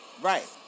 Right